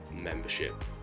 Membership